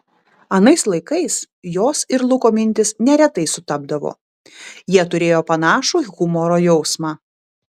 anais laikais jos ir luko mintys neretai sutapdavo jie turėjo panašų humoro jausmą